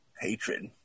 hatred